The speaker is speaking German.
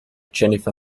jennifer